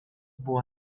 buvo